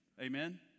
amen